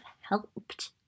helped